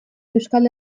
euskal